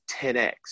10x